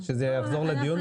שזה יחזור לדיון?